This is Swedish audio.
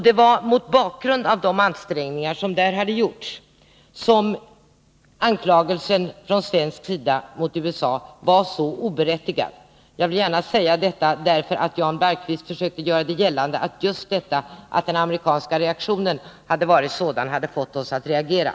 Det var mot bakgrund av de ansträngningarna som vi fann anklagelsen från svensk sida mot USA så oberättigad — jag vill gärna säga detta, eftersom Jan Bergqvist försökte göra gällande att det var den amerikanska reaktionen som fått oss att reagera.